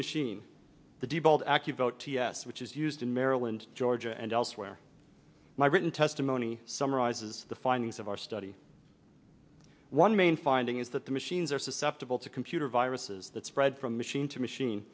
vote ts which is used in maryland georgia and elsewhere my written testimony summarizes the findings of our study one main finding is that the machines are susceptible to computer viruses that spread from machine to machine